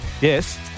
Yes